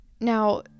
Now